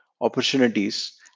opportunities